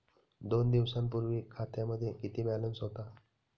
दोन दिवसांपूर्वी खात्यामध्ये किती बॅलन्स होता?